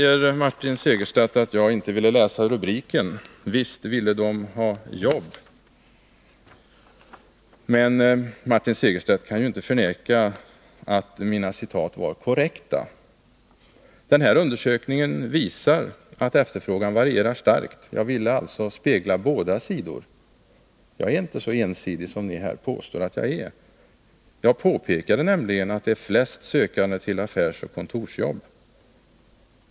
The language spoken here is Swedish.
Martin Segerstedt säger att jag inte ville läsa rubriken, ”Visst ville dom ha jobb”. Men Martin Segerstedt kan inte förneka att mina citat var korrekta. Denna undersökning visar att efterfrågan varierar starkt. Jag ville alltså spegla båda sidor. Jag är inte så ensidig som ni här påstår att jag är. Jag påpekade att det är flest sökande till affärsoch kontorsjobb.